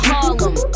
Harlem